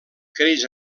creix